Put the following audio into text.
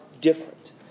different